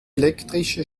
elektrische